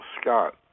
Scott